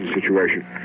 situation